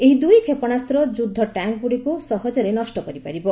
ଏହି ଦୁଇ କ୍ଷେପଣାସ୍ତ୍ର ଯୁଦ୍ଧ ଟ୍ୟାଙ୍କ୍ଗୁଡ଼ିକୁ ସହଜରେ ନଷ୍ଟ କରିପାରିବ